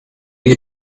you